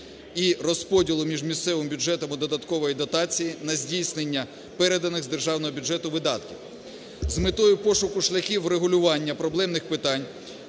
і розподілу між місцевими бюджетами додаткової дотації на здійснення переданих з державного бюджету видатків. З метою пошуку шляхів врегулювання проблемних питань